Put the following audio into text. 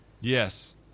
Yes